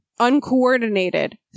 uncoordinated